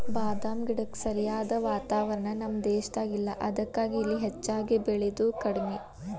ಬಾದಾಮ ಗಿಡಕ್ಕ ಸರಿಯಾದ ವಾತಾವರಣ ನಮ್ಮ ದೇಶದಾಗ ಇಲ್ಲಾ ಅದಕ್ಕಾಗಿ ಇಲ್ಲಿ ಹೆಚ್ಚಾಗಿ ಬೇಳಿದು ಕಡ್ಮಿ